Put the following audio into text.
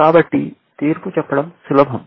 కాబట్టి తీర్పు చెప్పడం సులభం